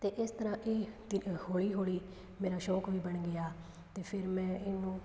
ਅਤੇ ਇਸ ਤਰ੍ਹਾਂ ਇਹ ਹੌਲੀ ਹੌਲੀ ਮੇਰਾ ਸ਼ੌਕ ਵੀ ਬਣ ਗਿਆ ਅਤੇ ਫਿਰ ਮੈਂ ਇਹਨੂੰ